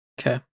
Okay